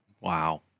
wow